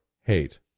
hate